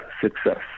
success